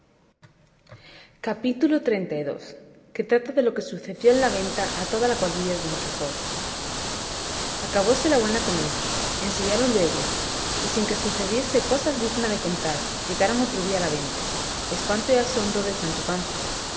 capítulo xxxii que trata de lo que sucedió en la venta a toda la cuadrilla de don quijote acabóse la buena comida ensillaron luego y sin que les sucediese cosa digna de contar llegaron otro día a la venta espanto y asombro de sancho panza